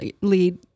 lead